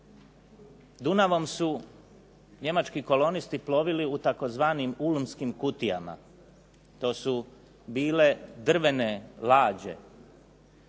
Dunavom su njemački kolonisti plovili u tzv. ulmskim kutijama. To su bile drvene lađe